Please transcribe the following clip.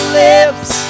lips